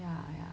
ya ya